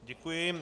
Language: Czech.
Děkuji.